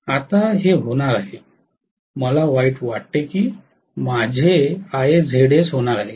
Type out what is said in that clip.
आता हे होणार आहे मला वाईट वाटते की हे माझे माझे IaZs होणार आहे